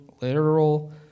literal